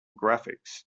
graphics